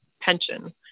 pension